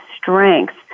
strength